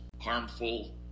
harmful